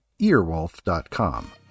Earwolf.com